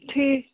ٹھیٖک